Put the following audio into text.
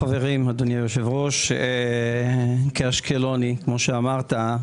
חברים, אדוני היושב-ראש, כאשקלוני, כמו שאמרת,